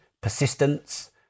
persistence